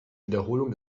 wiederholung